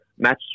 match